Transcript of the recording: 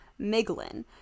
Miglin